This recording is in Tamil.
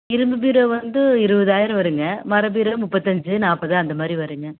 இரும்பு பீரோ வந்து இருபதாயிரம் வருங்க மர பீரோ முப்பத்தஞ்சு நாற்பது அந்தமாதிரி வருங்க